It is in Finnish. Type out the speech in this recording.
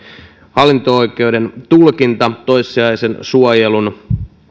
hallinto oikeuden tulkinta toissijaisen suojelun